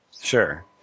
Sure